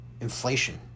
inflation